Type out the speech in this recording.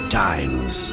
times